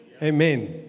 Amen